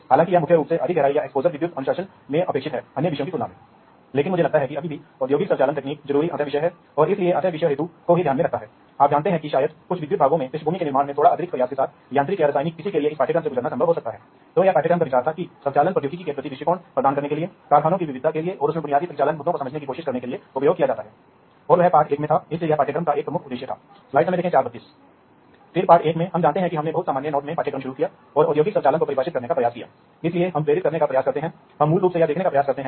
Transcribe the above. भौतिक नेटवर्क संरचना का वर्णन करेगा कि कैसे विभिन्न तार जुड़े हुए हैं और यह किस तरह के फायदे लाता है आप इंस्टालेशन कमीशनिंग को जानते हैं दूसरा यह फील्डबस नेटवर्क प्रोटोकॉल समग्र नेटवर्क प्रोटोकॉल संरचना का वर्णन करेगा जैसा कि हम जानते हैं कि कंप्यूटर संचार है वास्तव में एक जटिल प्रोटोकॉल जहां सॉफ्टवेयर की परतें मौजूद हैं और वे एक दूसरे के साथ बात करते हुए अंत में दो भौगोलिक रूप से दूर के उपकरणों के बीच संचार को ठीक महसूस करते हैं